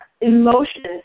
emotions